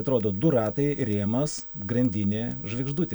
atrodo du ratai rėmas grandinė žvaigždutė